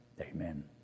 Amen